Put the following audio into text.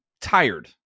tired